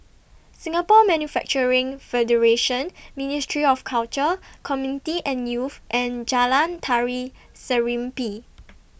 Singapore Manufacturing Federation Ministry of Culture Community and Youth and Jalan Tari Serimpi